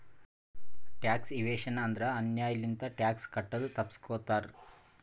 tax evasion ಅಂದುರ್ ಅನ್ಯಾಯ್ ಲಿಂತ ಟ್ಯಾಕ್ಸ್ ಕಟ್ಟದು ತಪ್ಪಸ್ಗೋತಾರ್